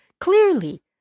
clearly